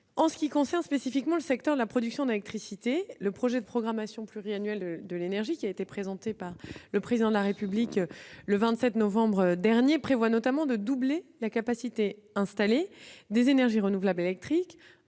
En ce qui concerne le secteur de la production de l'électricité, le projet de programmation pluriannuelle de l'énergie, présenté par le Président de la République le 27 novembre 2018, prévoit notamment de doubler la capacité installée des énergies renouvelables électriques